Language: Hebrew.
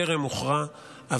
וטרם הוכרע,